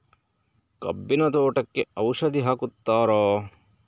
ಕಬ್ಬಿನ ತೋಟಕ್ಕೆ ಔಷಧಿ ಹಾಕುತ್ತಾರಾ?